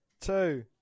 two